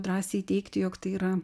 drąsiai teigti jog tai yra